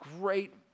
great